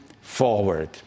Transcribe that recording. forward